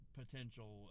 potential